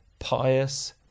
pious